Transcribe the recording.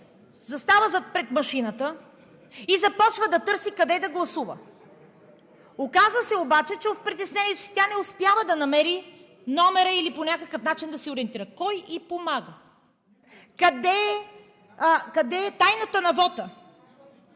застава пред машината и започва да търси къде да гласува. Оказва се обаче, че в притеснението си не успява да намери номера или по някакъв начин да се ориентира. Кой ѝ помага, къде е тайната на вота?